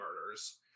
murders